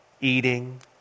eating